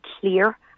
clear